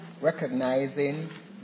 recognizing